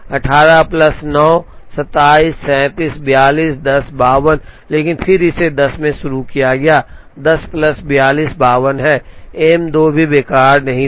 18 plus 9 27 37 42 10 52 लेकिन फिर इसे 10 में शुरू किया गया 10 प्लस 42 52 है एम २ भी बेकार नहीं था